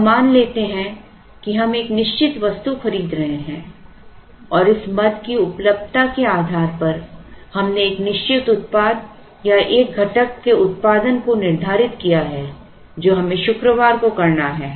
अब मान लेते हैं कि हम एक निश्चित वस्तु खरीद रहे हैं और इस मद की उपलब्धता के आधार पर हमने एक निश्चित उत्पाद या एक घटक के उत्पादन को निर्धारित किया है जो हमें शुक्रवार को करना है